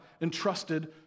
entrusted